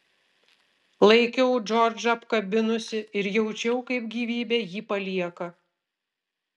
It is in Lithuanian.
laikiau džordžą apkabinusi ir jaučiau kaip gyvybė jį palieka